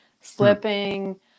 slipping